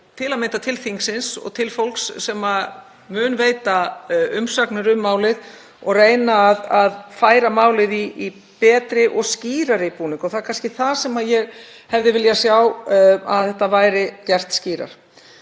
sig út til þingsins og til fólks sem mun veita umsagnir um málið og reyna að færa málið í betri og skýrari búning. Það er kannski það sem ég hefði viljað sjá, að þetta væri gert skýrar.